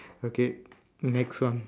okay next one